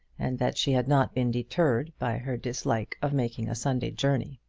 and that she had not been deterred by her dislike of making a sunday journey.